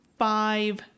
Five